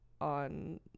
on